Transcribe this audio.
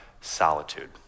solitude